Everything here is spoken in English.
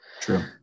True